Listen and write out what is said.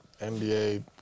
NBA